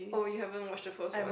oh you haven't watch the first one